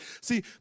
See